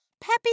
Peppy